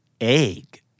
egg